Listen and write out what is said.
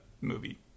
movie